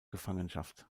gefangenschaft